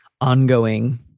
ongoing